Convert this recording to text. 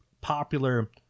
popular